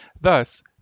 Thus